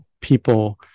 people